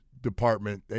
department